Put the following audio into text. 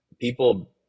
people